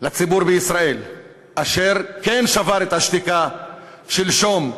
לציבור בישראל אשר כן שבר את השתיקה שלשום,